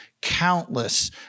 countless